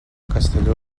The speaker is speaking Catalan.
castelló